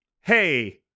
Hey